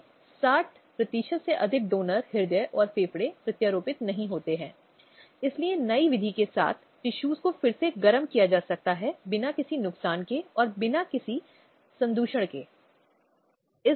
इस प्रकार यह लिया जा सकता है कि वे भी एक साथ साथ रहने का इरादा और जीवन को जारी रखने के इरादे से एकजुटता एक या किसी अन्य रूप में प्रकट की जा रही है जिसमें वे खुद का संवहन कर रहे हैं